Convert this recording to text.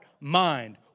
mind